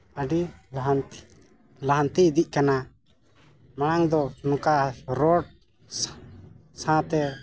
ᱟᱹᱰᱤ ᱞᱟᱦᱟᱱᱛᱤᱜ ᱤᱫᱤᱜ ᱠᱟᱱᱟ ᱢᱟᱲᱟᱝ ᱫᱚ ᱚᱱᱠᱟ ᱨᱚᱲ ᱥᱟᱶᱛᱮ